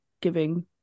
giving